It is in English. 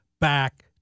back